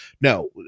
No